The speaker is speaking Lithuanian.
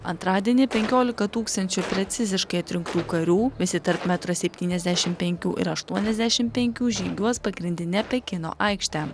antradienį penkiolika tūkstančių preciziškai atrinktų karių visi tarp metro septyniasdešim penkių ir aštuoniasdešim penkių žygiuos pagrindine pekino aikšte